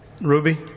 Ruby